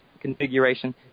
configuration